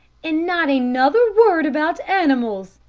and not another word about animals,